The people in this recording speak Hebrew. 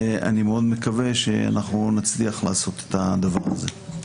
ואני מאוד מקווה, שאנחנו נצליח לעשות את הדבר הזה.